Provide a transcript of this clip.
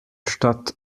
stadt